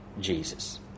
Jesus